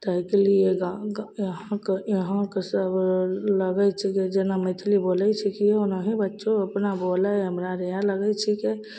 तहिके लिए गाँव ग यहाँ कऽ यहाँ कऽ सब लगैत छै जे जेना मैथिली बोलैत छियै ओनाही बच्चो अपना बोलै हमरा इहए लगैत छिकै